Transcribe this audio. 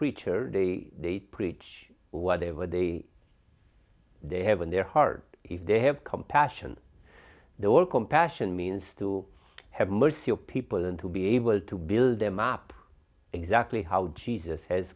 preacher they preach whatever they they have in their heart if they have compassion the world compassion means to have mercy of people and to be able to build them up exactly how jesus has